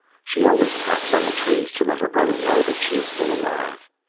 she always taps on the trees to let her brother know that she is still alive,